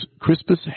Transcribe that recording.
Crispus